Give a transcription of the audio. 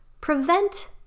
Prevent